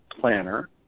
planner